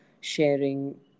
sharing